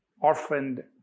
orphaned